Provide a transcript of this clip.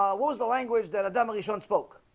um what was the language that adamantly shouldn't spoke?